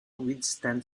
withstand